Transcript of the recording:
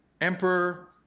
emperor